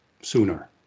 sooner